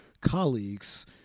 colleagues